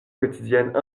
quotidienne